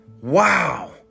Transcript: wow